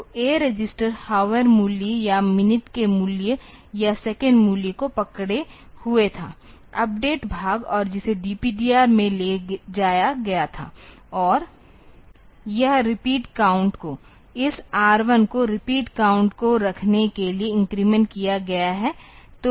तो A register hour मूल्य या मिनट के मूल्य या सेकंड मूल्य को पकड़े हुए था अपडेट भाग और जिसे DPTR में ले जाया गया था और यह रिपीट काउंट को इस R 1 को रिपीट काउंट को रखने के लिए इन्क्रीमेंट किया गया है तो इसे बहाल किया जाए